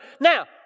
Now